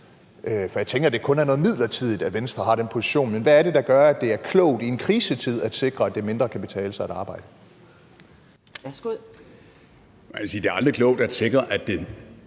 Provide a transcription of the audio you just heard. for jeg tænker, at det kun er noget midlertidigt, at Venstre har den position – hvad det er, der gør, at det er klogt i en krisetid at sikre, at det i mindre grad kan betale sig at arbejde. Kl. 11:09 Anden næstformand